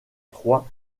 trois